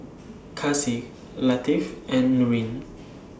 Kasih Latif and Nurin